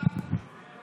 בשמות חברי הכנסת)